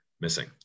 missing